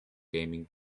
gaming